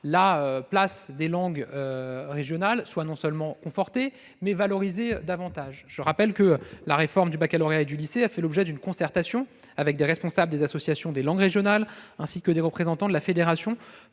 la place des langues régionales soit non seulement confortée, mais aussi davantage valorisée. Je rappelle que la réforme du baccalauréat et du lycée a fait l'objet d'une concertation avec des responsables d'associations oeuvrant dans le domaine des langues régionales, ainsi que des représentants de la Fédération